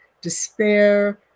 despair